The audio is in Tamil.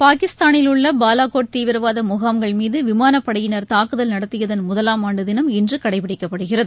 பாகிஸ்தானில் உள்ள பாலாகோட் தீவிரவாத முகாம்கள் மீது விமானப்படையினர் தாக்குதல் நடத்தியதன் முதலாம் ஆண்டு தினம் இன்று கடைப்பிடிக்கப்படுகிறது